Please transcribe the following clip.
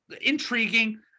intriguing